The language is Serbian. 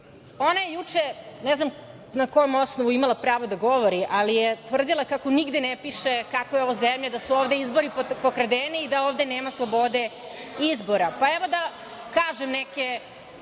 je juče, ne znam po kom osnovu imala pravo da govori, ali je tvrdila kako nigde ne piše kakva je ova zemlja, da su ovde izbori pokradeni i da ovde nema slobode izbora. Evo da kažem neke